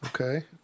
Okay